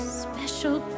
special